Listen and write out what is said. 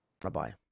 Bye-bye